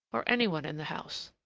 or any one in the house.